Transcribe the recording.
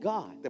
God